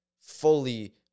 fully